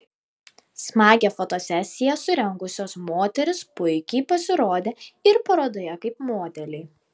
smagią fotosesiją surengusios moterys puikiai pasirodė ir parodoje kaip modeliai